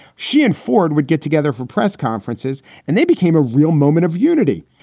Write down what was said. she and ford would get together for press conferences and they became a real moment of unity.